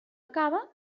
acaba